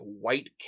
white